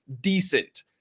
decent